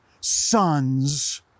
sons